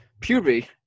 puberty